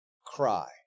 cry